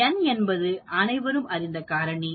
n என்பது அனைவரும் அறிந்த காரணி